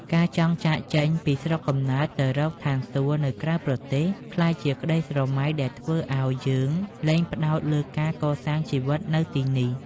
ការចង់ចាកចេញពីស្រុកកំណើតទៅរក "ឋានសួគ៌" នៅក្រៅប្រទេស ក្លាយជាក្តីស្រមៃដែលធ្វើឱ្យយើងលែងផ្តោតលើការកសាងជីវិតនៅទីនេះ។